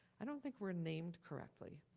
i don't think we're named correctly.